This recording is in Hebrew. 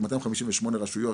בכ-258 רשויות,